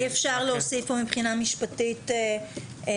אי אפשר להוסיף פה מבחינה משפטית בנוסח,